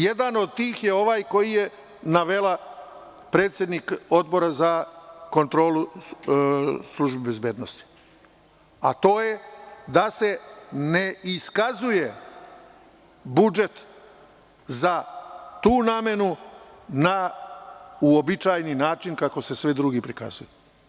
Jedan od tih je ovaj koji je navela predsednik Odbora za kontrolu službe bezbednosti, a to je da se ne iskazuje budžet za tu namenu na uobičajeni način, kako se svi drugi prikazuju.